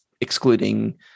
excluding